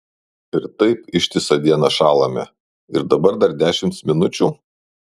ir taip ištisą dieną šąlame ir dabar dar dešimt minučių